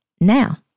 Now